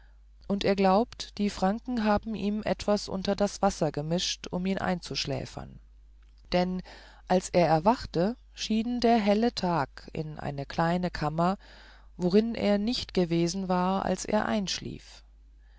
und er glaubt die franken haben ihm etwas unter das wasser gemischt um ihn einzuschläfern denn als er aufwachte schien der helle tag in eine kleine kammer worin er nicht gewesen war als er einschlief